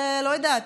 לא יודעת,